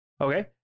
Okay